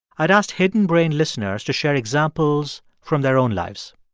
i'd asked hidden brain listeners to share examples from their own lives.